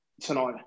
tonight